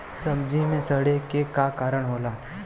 सब्जी में सड़े के का कारण होला?